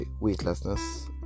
weightlessness